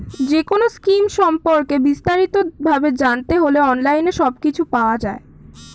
যেকোনো স্কিম সম্পর্কে বিস্তারিত ভাবে জানতে হলে অনলাইনে সবকিছু পাওয়া যায়